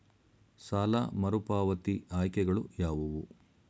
ಸಾಲ ಮರುಪಾವತಿ ಆಯ್ಕೆಗಳು ಯಾವುವು?